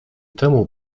temu